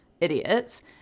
idiots